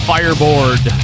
Fireboard